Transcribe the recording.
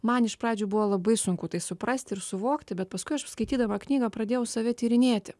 man iš pradžių buvo labai sunku tai suprasti ir suvokti bet paskui aš skaitydama knygą pradėjau save tyrinėti